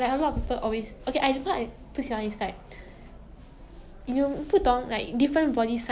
then it's like they always say like look at all these like Kpop idols like they successfully go down their weight and all